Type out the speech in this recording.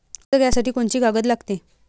कर्ज घ्यासाठी कोनची कागद लागते?